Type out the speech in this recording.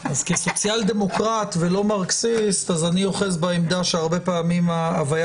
אז כסוציאל-דמוקרט ולא כמרכסיסט אני אוחז בעמדה שהרבה פעמים ההוויה